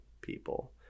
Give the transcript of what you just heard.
people